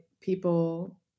people